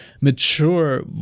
mature